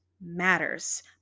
matters